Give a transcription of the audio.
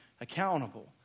accountable